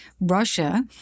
Russia